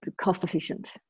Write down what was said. cost-efficient